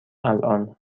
الان